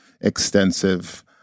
extensive